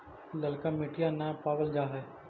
ललका मिटीया न पाबल जा है?